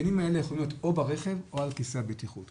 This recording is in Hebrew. ההתקנים האלה יכולים להיות או ברכב או על כיסא הבטיחות,